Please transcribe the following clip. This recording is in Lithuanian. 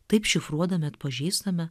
taip šifruodami atpažįstame